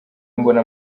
mbona